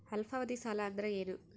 ಅಲ್ಪಾವಧಿ ಸಾಲ ಅಂದ್ರ ಏನು?